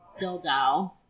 dildo